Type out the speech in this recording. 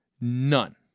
none